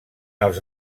els